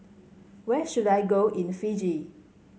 where should I go in Fiji